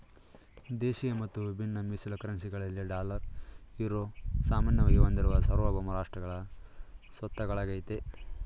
ದೇಶಿಯ ಮತ್ತು ವಿಭಿನ್ನ ಮೀಸಲು ಕರೆನ್ಸಿ ಗಳಲ್ಲಿ ಡಾಲರ್, ಯುರೋ ಸಾಮಾನ್ಯವಾಗಿ ಹೊಂದಿರುವ ಸಾರ್ವಭೌಮ ರಾಷ್ಟ್ರಗಳ ಸ್ವತ್ತಾಗಳಾಗೈತೆ